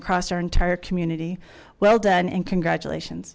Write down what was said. across our entire community well done and congratulations